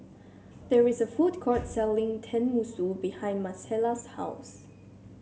there is a food court selling Tenmusu behind Marcela's house